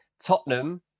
Tottenham